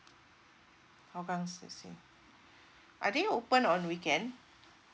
hougang C_C are they open on weekend